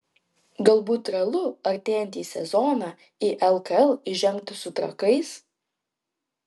galbūt realu artėjantį sezoną į lkl įžengti su trakais